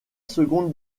seconde